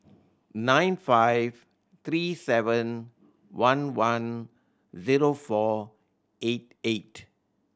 nine five three seven one one zero four eight eight